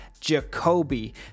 Jacoby